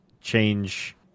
change